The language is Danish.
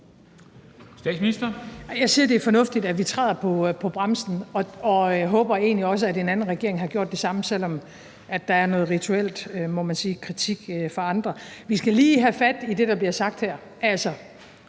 Frederiksen): Jeg siger, det er fornuftigt, at vi træder på bremsen, og jeg håber egentlig også, at en anden regering ville have gjort det samme, selv om der er en noget rituel, må man sige, kritik fra andre. Vi skal lige have fat i det, der bliver sagt her.